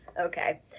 Okay